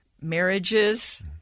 marriages